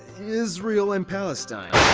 israel and palestine.